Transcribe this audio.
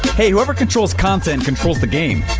hey, whoever controls content controls the game.